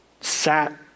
sat